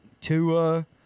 Tua